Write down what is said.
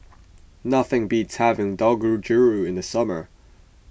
nothing beats having Dangojiru in the summer